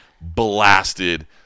blasted